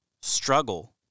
struggle